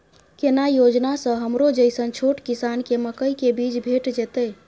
केना योजना स हमरो जैसन छोट किसान के मकई के बीज भेट जेतै?